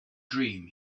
dream